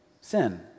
Sin